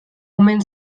omen